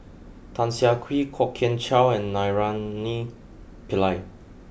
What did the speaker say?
Tan Siah Kwee Kwok Kian Chow and Naraina Pillai